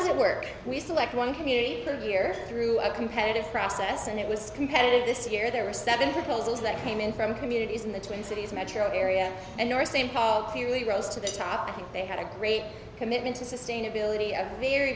does it work we select one community the year through a competitive process and it was competitive this year there were seven proposals that came in from communities in the twin cities metro area and our same paul clearly rose to the top i think they had a great commitment to sustainability a very